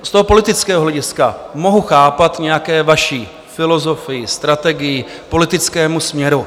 Z politického hlediska mohu rozumět nějaké vaší filozofii, strategii, politickému směru.